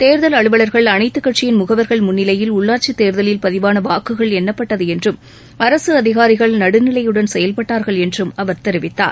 தேர்தல் அலுவலர்கள் அனைத்து கட்சியின் முகவர்கள் முன்னிலையில் உள்ளாட்சித் தேர்தலில் பதிவான வாக்குகள் எண்ணப்பட்டது என்றும் அரசு அதிகாரிகள் நடுநிவையுடன் செயல்பட்டார்கள் என்றும் அவர் தெரிவித்தார்